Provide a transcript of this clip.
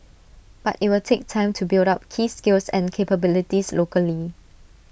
but IT will take time to build up key skills and capabilities locally